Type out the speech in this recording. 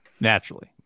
Naturally